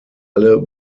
alle